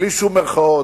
בלי שום מירכאות,